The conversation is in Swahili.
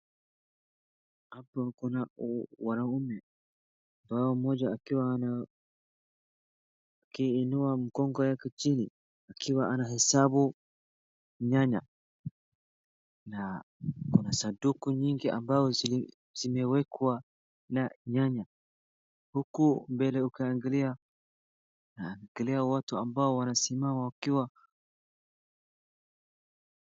Hapo kuna wanaume ambao mmoja akiwa ana akiinua mgongo yake chini akiwa anahesabu nyanya, na kuna sanduku nyingi ambao zimewekwa na huku mbele ukiangalia unaangalia watu ambao wanasimama wakiwa.